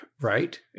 right